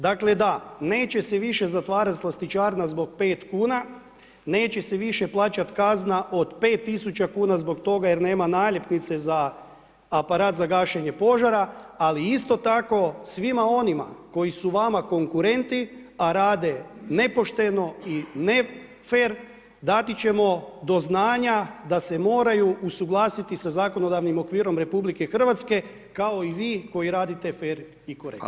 Dakle, da, neće se više zatvarat slastičarna zbog 5 kuna, neće se više plaćati kazna od 5.000 kuna zbog toga jer nema naljepnice za aparat za gašenje požara, ali isto tako svima onima koji su vama konkurenti a rade nepošteno i nefer dati ćemo do znanja da se moraju usuglasiti sa zakonodavnim okvirom RH kao i vi koji radite fer i korektno.